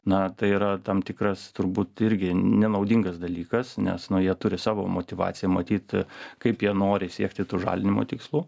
na tai yra tam tikras turbūt irgi nenaudingas dalykas nes nu jie turi savo motyvaciją matyt kaip jie nori siekti tų žalinimo tikslų